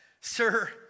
sir